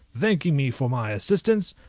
thanking me for my assistance,